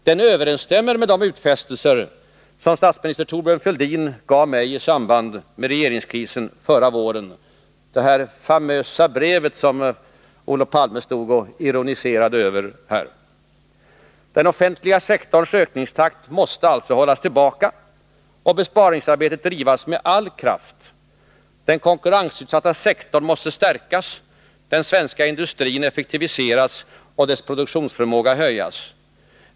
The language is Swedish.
Den överensstämmer med de utfästelser som statsminister Thorbjörn Fälldin gav mig i samband med regeringskrisen förra våren, i ”det famösa brevet”, som Olof Palme stod här och ironiserade över. Den offentliga sektorns ökningstakt måste hållas tillbaka och besparingsarbetet drivas med all kraft. Den konkurrensutsatta sektorn måste stärkas, den svenska industrin effektiviseras och dess produktionsförmåga höjas.